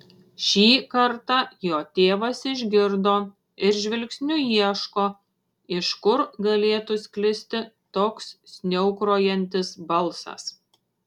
šį kartą jo tėvas išgirdo ir žvilgsniu ieško iš kur galėtų sklisti toks sniaukrojantis balsas